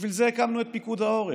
בשביל זה הקמנו את פיקוד העורף.